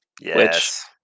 Yes